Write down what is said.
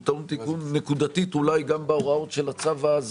ואולי הוא גם טעון תיקון בהוראות של הצו הזה,